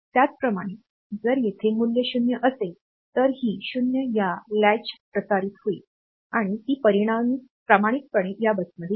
त्याचप्रमाणे जर येथे मूल्य 0 असेल तर ही 0 या कुंडीद्वारे प्रसारित होईल आणि ती प्रामाणिकपणे या बसमध्ये येईल